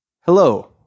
hello